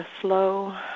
Slow